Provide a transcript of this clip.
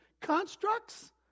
constructs